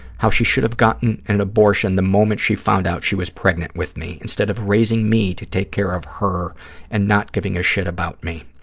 how she should have gotten an abortion the moment she found out she was pregnant with me, instead of raising me to take care of her and not giving a shit about me.